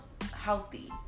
healthy